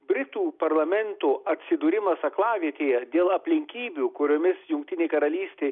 britų parlamento atsidūrimas aklavietėje dėl aplinkybių kuriomis jungtinė karalystė